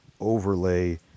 overlay